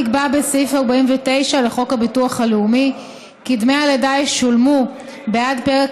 נקבע בסעיף 49 לחוק הביטוח הלאומי כי דמי הלידה ישולמו בעד פרק